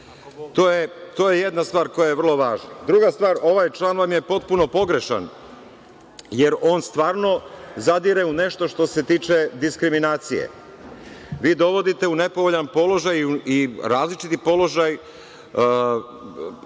To je jedna stvar, koja je vrlo važna. Druga stvar, ovaj član vam je potpuno pogrešan, jer on stvarno zadire u nešto što se tiče diskriminacije. Vi dovodite u nepovoljan položaj i različit položaj